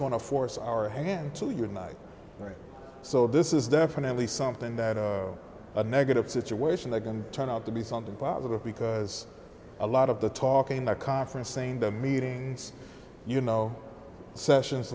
going to force our hand so you're right so this is definitely something that a negative situation that can turn out to be something positive because a lot of the talking the conference saying the meetings you know sessions